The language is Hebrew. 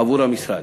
עבור המשרד.